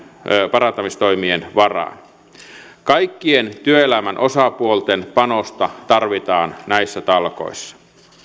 parantamistoimien varaan kaikkien työelämän osapuolten panosta tarvitaan näissä talkoissa